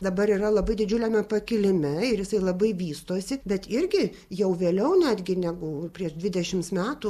dabar yra labai didžiuliame pakilime ir jisai labai vystosi bet irgi jau vėliau netgi negu prieš dvidešimts metų